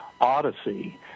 odyssey